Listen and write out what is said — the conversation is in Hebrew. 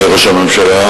אדוני ראש הממשלה,